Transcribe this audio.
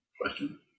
Question